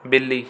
ਬਿੱਲੀ